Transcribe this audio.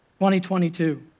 2022